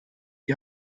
die